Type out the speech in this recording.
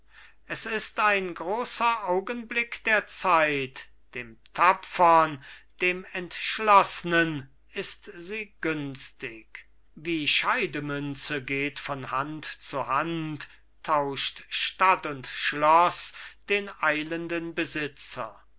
es ist ein großer augenblick der zeit dem tapfern dem entschloßnen ist sie günstig wie scheidemünze geht von hand zu hand tauscht stadt und schloß den eilenden besitzer